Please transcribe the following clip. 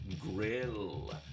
Grill